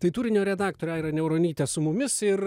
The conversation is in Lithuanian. tai turinio redaktorė aira niauronytė su mumis ir